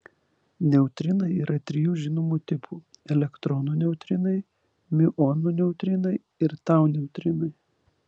neutrinai yra trijų žinomų tipų elektronų neutrinai miuonų neutrinai ir tau neutrinai